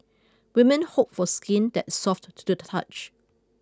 women hope for skin that soft to do the touch